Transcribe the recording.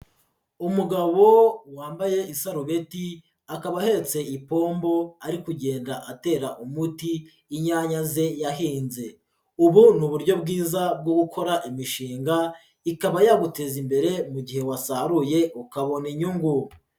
Umugabo wambaye isarubeti akaba ahetse ipombo ari kugenda atera umuti inyanya ze yahinze, ubu ni uburyo bwiza bwo gukora imishinga, ikaba yaguteza imbere mu gihe wasaruye ukabona inyungu.